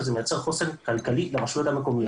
וזה מייצר חוסן כלכלי לרשויות המקומיות.